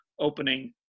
opening